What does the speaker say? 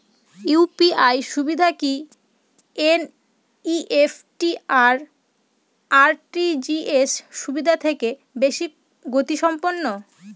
UPI সুবিধা কি NEFT আর আর.টি.জি.এস সুবিধা থেকে বেশি গতিসম্পন্ন?